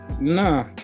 Nah